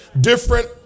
different